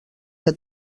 que